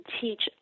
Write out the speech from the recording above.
teach